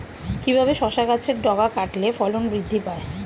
কিভাবে শসা গাছের ডগা কাটলে ফলন বৃদ্ধি পায়?